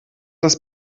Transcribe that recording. das